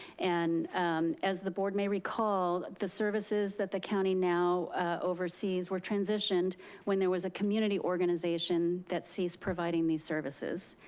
and as the board may recall, the services that the county now oversees were transitioned when there was a community organization that ceased providing these services.